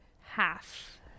half